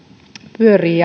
pyörii